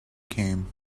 came